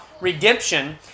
redemption